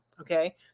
okay